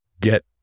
get